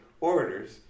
orders